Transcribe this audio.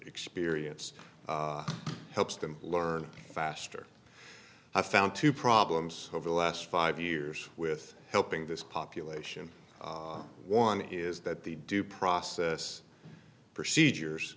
experience helps them learn faster i found two problems over the last five years with helping this population one is that the due process procedures